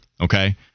Okay